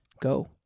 go